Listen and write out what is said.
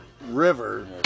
river